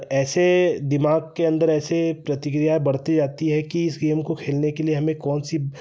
ऐसे दिमाग के अंदर ऐसे प्रतिक्रिया बढ़ती जाती है कि इस गेम को खेलने के लिए हमें कौन सी